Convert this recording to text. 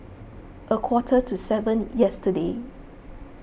a quarter to seven yesterday